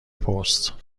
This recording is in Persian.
پست